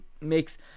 makes